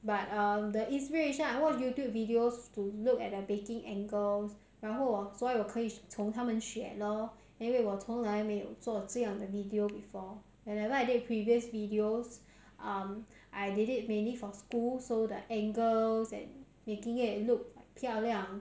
but um the inspiration I watch YouTube videos to look at the baking angles 然后所有可以从他们学咯 anyway 我从来没有做这样的 video before and what I did previous videos arm I did it mainly for school so the angles and making it look 漂亮